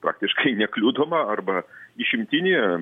praktiškai nekliudomą arba išimtinį